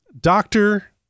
Doctor